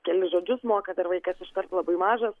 kelis žodžius moka dar vaikas ištart labai mažas